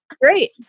great